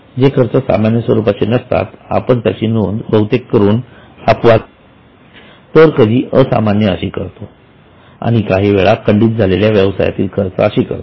जे खर्च सामान्य स्वरूपाचे नसतात आपण त्याची नोंद बहुतेक करून अपवादात्मक तर कधी असामान्य अशी करतो आणि काही वेळा खंडित झालेल्या व्यवसायातील खर्च अशी करतो